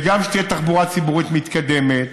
וגם שתהיה תחבורה ציבורית מתקדמת,